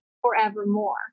forevermore